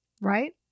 right